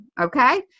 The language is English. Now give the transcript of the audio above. okay